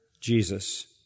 Jesus